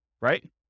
right